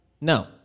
No